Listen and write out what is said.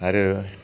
आरो